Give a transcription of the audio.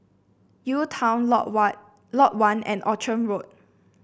UTown Lot One Lot One and Outram Road